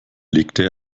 legte